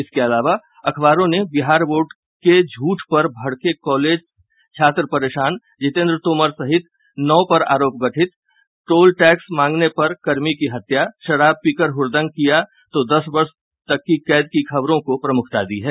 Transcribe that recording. इसके अलावा अखबारों ने बिहार बोर्ड के झूठ पर भड़के कॉलेज छात्र परेशान जितेंद्र तोमर सहित नौ पर आरोप गठित टोल टैक्स मांगने पर कर्मी की हत्या शराब पीकर हुड़दंग किया तो दस वर्ष तक की कैद की खबरों को प्रमुखता दी है